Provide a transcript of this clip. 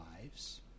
lives